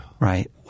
Right